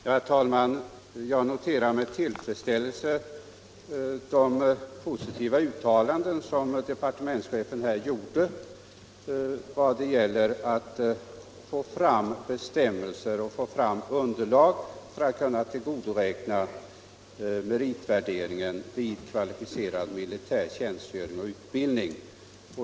Herr talman! Jag noterar med tillfredsställelse de positiva uttalanden som departementschefen här gjorde när det gäller att få fram bestämmelser och underlag för att kunna tillgodoräkna meritvärderingen vid kvalificerad militär tjänstgöring och utbildning.